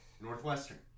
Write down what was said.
Northwestern